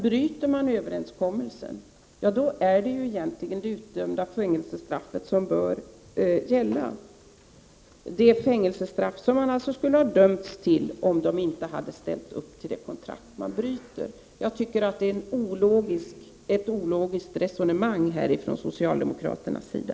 Bryts överenskommelsen är det egentligen det utdömda fängelsestraffet som bör gälla, det fängelsestraff som vederbörande alltså skulle ha dömts till, om han eller hon inte hade accepterat det kontrakt som man sedan bryter. Jag tycker att det är ett ologiskt resonemang ifrån socialdemokraternas sida.